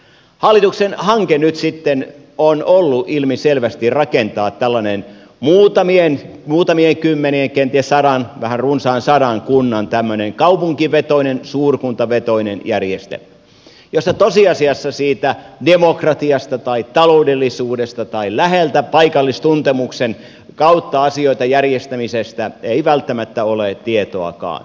hallituksen hanke nyt sitten on ollut ilmiselvästi rakentaa tällainen muutamien kymmenien kenties sadan vähän runsaan sadan kunnan kaupunkivetoinen suurkuntavetoinen järjestelmä jossa tosiasiassa siitä demokratiasta tai taloudellisuudesta tai läheltä paikallistuntemuksen kautta asioiden järjestämisestä ei välttämättä ole tietoakaan